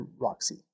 Roxy